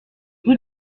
rue